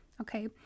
Okay